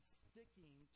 sticking